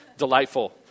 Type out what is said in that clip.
Delightful